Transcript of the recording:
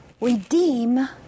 redeem